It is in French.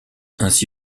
ainsi